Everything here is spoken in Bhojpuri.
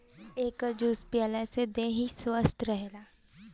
एकर जूस पियला से देहि स्वस्थ्य रहेला